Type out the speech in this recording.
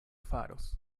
faros